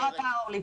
תודה רבה, אורלי.